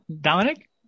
Dominic